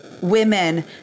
women